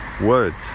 Words